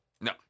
No